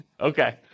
Okay